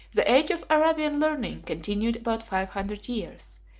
the age of arabian learning continued about five hundred years,